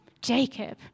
jacob